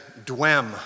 DWEM